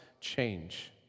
change